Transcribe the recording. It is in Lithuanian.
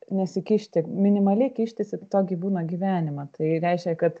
nesikišti minimaliai kištis į to gyvūno gyvenimą tai reiškia kad